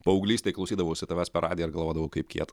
paauglystėj klausydavausi tavęs per radiją ir galvodavau kaip kieta